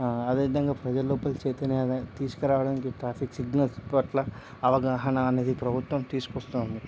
అదేవిధంగా ప్రజల్లోపల చైతన్యం అనేది తీసుకురావడానికి ట్రాఫిక్ సిగ్నల్స్ పట్ల అవగాహన అనేది ప్రభుత్వం తీసుకొస్తుంది